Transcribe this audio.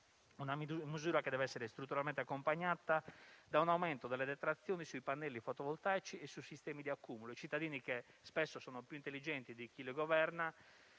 una misura che deve essere strutturalmente accompagnata da un aumento delle detrazioni sui pannelli fotovoltaici e sui sistemi di accumulo. I cittadini che spesso sono più intelligenti di chi li governa